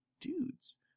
dudes